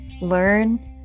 learn